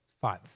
five